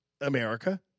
America